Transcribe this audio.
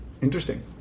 Interesting